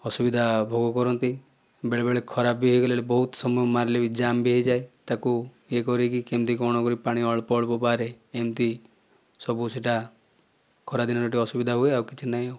ଅସୁବିଧା ଭୋଗ କରନ୍ତି ବେଳେବେଳେ ଖରାପ ବି ହୋଇଗଲେ ବହୁତ ସମୟ ମାରିଲେ ବି ଜାମ ବି ହୋଇଯାଏ ତାକୁ ଇଏ କରିକି କେମିତି କ'ଣ କରିକି ପାଣି ଅଳ୍ପ ଅଳ୍ପ ବାହାରେ ଏମିତି ସବୁ ସେଇଟା ଖରା ଦିନରେ ଟିକିଏ ଅସୁବିଧା ହୁଏ ଆଉ କିଛି ନାହିଁ ଆଉ